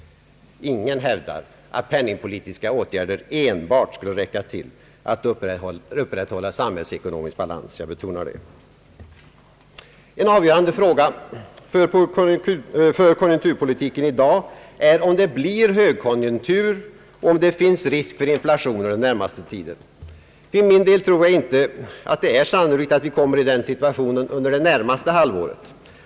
Ingen hävdar att penningpolitiska åtgärder enbart skulle räcka till för att upprätthålla samhällsekonomisk balans, det vill jag betona. En avgörande fråga för konjunkturpolitiken i dag är om det blir högkonjunktur och om det finns risk för inflation under den närmaste tiden. För min del tror jag att det inte är sannolikt att vi kommer i den situationen under det närmaste halvåret.